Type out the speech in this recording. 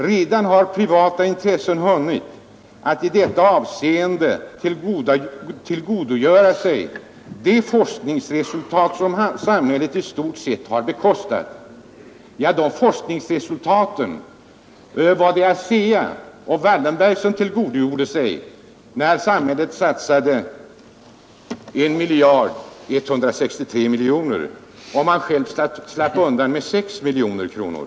Redan har privata intressen hunnit att i detta avseende tillgodogöra sig de forskningsresultat som samhället i stort sett bekostat.” Ja, de forskningsresultaten var det ASEA och Wallenberg som tillgodogjorde sig, när samhället satsade 1 163 miljoner kronor och man själv slapp undan med 6 miljoner kronor.